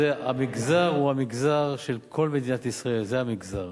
המגזר הוא המגזר של כל מדינת ישראל, זה המגזר.